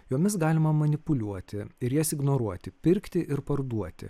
jomis galima manipuliuoti ir jas ignoruoti pirkti ir parduoti